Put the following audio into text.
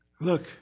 Look